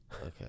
Okay